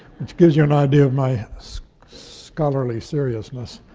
which gives you an idea of my scholarly seriousness.